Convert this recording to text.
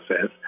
says